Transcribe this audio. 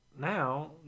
now